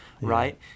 right